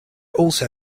also